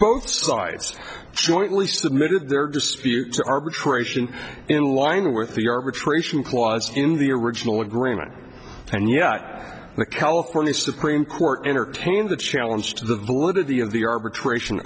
both sides jointly submitted their disputes arbitration in line with the arbitration clause in the original agreement and yet the california supreme court entertained the challenge to the would of the of the arbitration